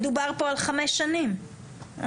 מדובר פה על חמש שנים לפחות.